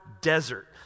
desert